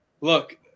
Look